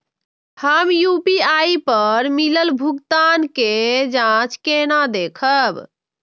हम यू.पी.आई पर मिलल भुगतान के जाँच केना देखब?